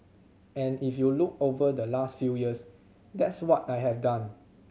and if you look over the last few years that's what I have done